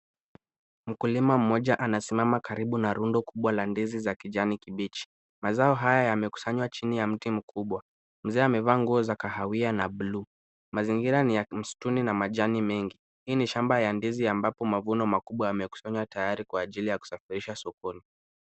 Mkulima mmoja anasimama karibu na rundo kubwa la ndizi za kijani kibichi, mazao haya amekukusanya chini ya mti mkubwa . Mzee amevaa nguo za kahawia na buluu. Mazingira ni ya mstuni na majani mengi. Hii ni shamba ya ndizi ambapo mazuri makubwa yakusanya tayari ya kusafirisha sokoni.